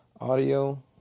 audio